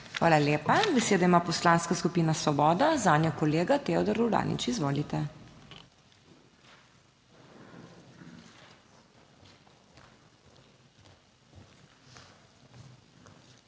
Hvala lepa. Besedo ima Poslanska skupina Svoboda, zanjo kolega Teodor Uranič. Izvolite. TEODOR